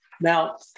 Now